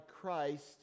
christ